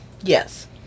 Yes